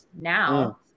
now